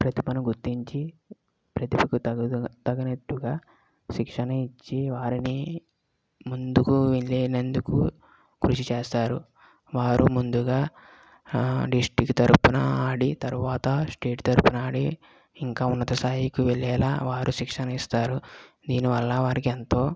ప్రతిభను గుర్తించి ప్రతిభకు తగినట్టుగా శిక్షణ ఇచ్చి వారిని ముందుకు వెళ్ళేటందుకు కృషి చేస్తారు వారు ముందుగా డిస్ట్రిక్ట్ తరపున ఆడి తరువాత స్టేట్ తరపున ఆడి ఇంకా ఉన్నత స్థాయికి వెళ్ళేలా వారు శిక్షణ ఇస్తారు దీని వల్ల వారికి ఎంతో